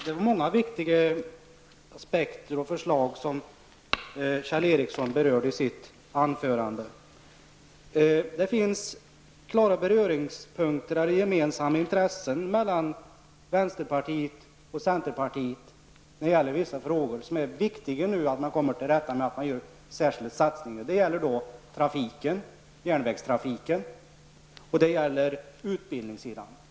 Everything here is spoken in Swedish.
Herr talman! Kjell Ericsson berörde i sitt anförande många viktiga aspekter och förslag. Det finns klara beröringspunkter och gemensamma intressen mellan vänsterpartiet och centerpartiet när det gäller vissa frågor som det nu är viktigt att komma till rätta med genom särskilda satsningar. Det gäller trafiken, järnvägstrafiken, och det gäller utbildningen.